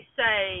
say